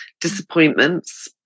disappointments